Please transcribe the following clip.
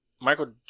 Michael